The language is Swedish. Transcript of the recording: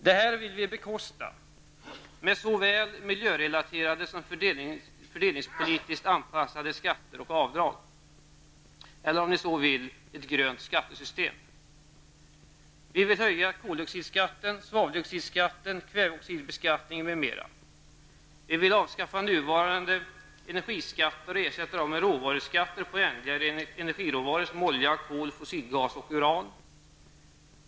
Detta vill vi bekosta med såväl miljörelaterade som fördelningspolitiskt anpassade skatter och avdrag, eller om ni så vill, ett grönt skattesystem. Vi vill höja koldioxidskatten, svaveldioxidskatten, kväveoxidbeskattningen m.m. Vi vill avskaffa den nuvarande energiskatten och ersätta den med råvaruskatter på ändliga energiråvaror såsom olja, kol, fossil gas och uran.